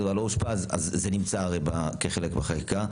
דבר הוא לא אושפז זה נמצא כחלק בחקיקה.